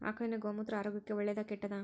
ಆಕಳಿನ ಗೋಮೂತ್ರ ಆರೋಗ್ಯಕ್ಕ ಒಳ್ಳೆದಾ ಕೆಟ್ಟದಾ?